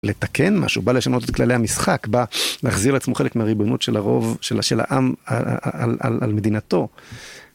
לתקן משהו, בא לשנות את כללי המשחק, בא להחזיר לעצמו חלק מהריבונות של הרוב, של העם על מדינתו.